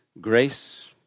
grace